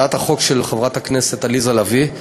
הצעת החוק של חברת הכנסת עליזה לביא,